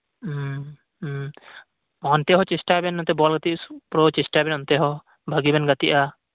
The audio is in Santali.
ᱚᱱᱛᱮᱦᱚᱸ ᱪᱮᱥᱴᱟᱭ ᱵᱮᱱ ᱱᱚᱛᱮ ᱵᱚᱞ ᱜᱟᱛᱮᱜ ᱪᱮᱥᱴᱟᱭ ᱵᱮᱱ ᱚᱱᱛᱮᱦᱚᱸ ᱵᱷᱟᱹᱜᱤ ᱵᱮᱱ ᱜᱟᱛᱮᱜᱼᱟ